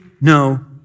no